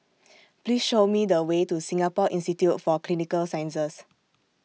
Please Show Me The Way to Singapore Institute For Clinical Sciences